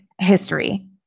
history